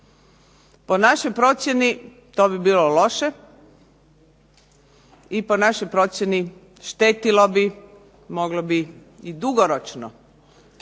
Po našoj procjeni to bi bilo loše, po našoj procjeni štetilo bi i moglo bi dugoročno